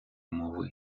мови